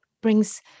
brings